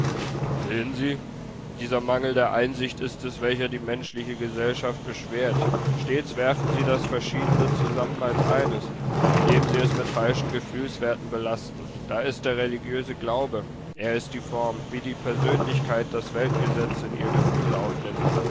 sehen sie dieser mangel der einsicht ist es welcher die menschliche gesellschaft beschwert stets werfen sie das verschiedene zusammen als eines indem sie es mit falschen gefühlswerten belasten da ist der religiöse glaube er ist die form wie die persönlichkeit das weltgesetz in ihr gefühl aufnimmt